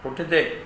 पुठिते